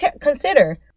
consider